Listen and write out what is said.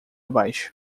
baixo